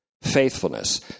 faithfulness